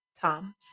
Tom's